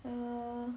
err